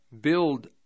build